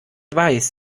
weiß